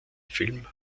film